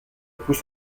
pousse